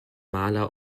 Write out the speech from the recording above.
maler